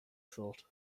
thought